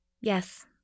Yes